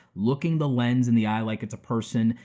looking the lens in the eye like it's a person,